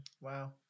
Wow